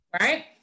Right